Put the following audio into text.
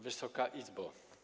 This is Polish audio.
Wysoka Izbo!